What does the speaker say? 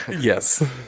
yes